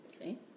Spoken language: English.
See